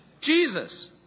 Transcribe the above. Jesus